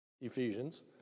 Ephesians